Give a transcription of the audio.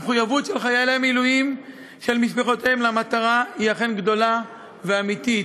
המחויבות של חיילי המילואים ושל משפחותיהם למטרה היא אכן גדולה ואמיתית,